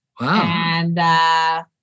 Wow